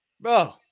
bro